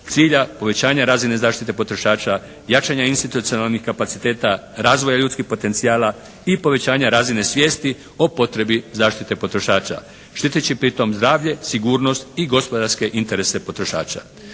cilja povećanja razine potrošača, jačanja institucionalnih kapaciteta, razvoja ljudskih potencijala i povećanja razine svijesti o potrebi zaštite potrošača, štiteći pri tom zdravlje, sigurnost i gospodarske interese potrošača.